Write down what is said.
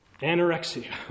anorexia